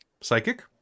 psychic